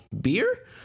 Beer